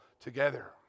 Together